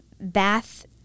bath